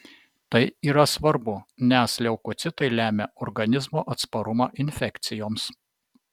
tai yra svarbu nes leukocitai lemia organizmo atsparumą infekcijoms